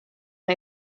una